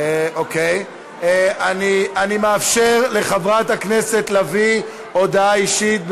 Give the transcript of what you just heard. אוקיי, אני מאפשר לחברת הכנסת לביא הודעה אישית.